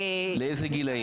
מאיזה הגיל?